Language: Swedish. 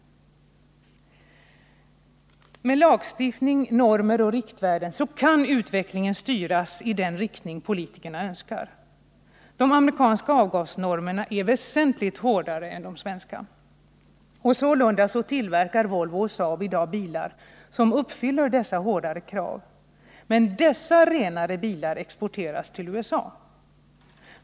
Med lagstiftning, normoch riktvärden kan utvecklingen styras i den riktning politikerna önskar. De amerikanska avgasnormerna är väsentligt hårdare än de svenska. Sålunda tillverkar Volvo och Saab i dag bilar som uppfyller dessa hårdare krav, men dessa renare bilar exporteras till USA.